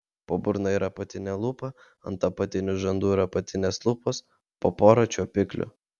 po burna yra apatinė lūpa ant apatinių žandų ir apatinės lūpos po porą čiuopiklių